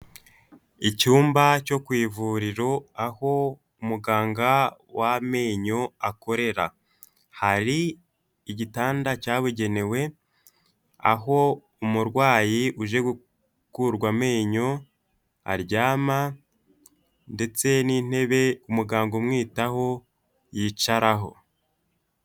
Icyumba cyo ku ivuriro aho muganga w'amenyo akorera, hari igitanda cyabugenewe aho umurwayi uje gukurwa amenyo aryama ndetse n'intebe umuganga umwitaho yicaraho.